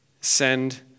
send